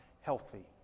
healthy